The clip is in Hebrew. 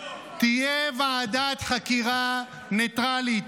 תהיה ועדת חקירה ניטרלית,